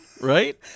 right